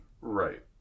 Right